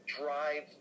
drive